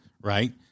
right